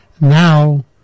now